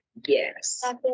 yes